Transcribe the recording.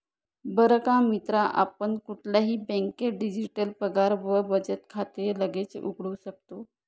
बर का मित्रा आपण कुठल्याही बँकेत डिजिटल पगार व बचत खाते लगेच उघडू शकतो